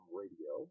radio